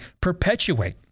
perpetuate